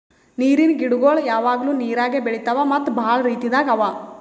ನೀರಿನ್ ಗಿಡಗೊಳ್ ಯಾವಾಗ್ಲೂ ನೀರಾಗೆ ಬೆಳಿತಾವ್ ಮತ್ತ್ ಭಾಳ ರೀತಿದಾಗ್ ಅವಾ